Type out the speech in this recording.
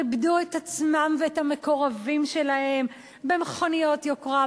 ריפדו את עצמם ואת המקורבים שלהם במכוניות יוקרה,